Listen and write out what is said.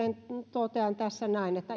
totean tässä näin että itse